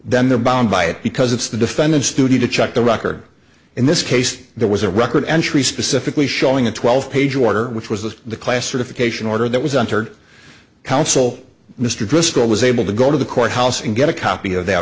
then they're bound by it because it's the defendant stupid to check the record in this case there was a record entry specifically showing a twelve page order which was the classification order that was entered counsel mr driscoll was able to go to the court house and get a copy of that